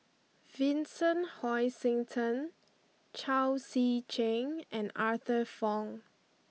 Vincent Hoisington Chao Tzee Cheng and Arthur Fong